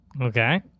Okay